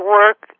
work